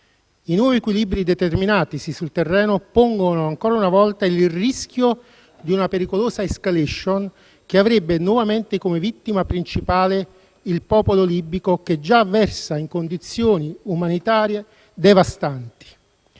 I nuovi equilibri determinatisi sul terreno pongono, ancora una volta, il rischio di una pericolosa *escalation* che avrebbe nuovamente come vittima principale il popolo libico, che già versa in condizioni umanitarie devastanti.